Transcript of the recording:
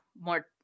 more